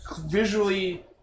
visually